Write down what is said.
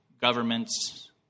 Governments